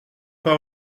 pas